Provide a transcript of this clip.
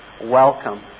welcome